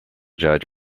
judge